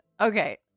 okay